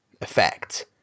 effect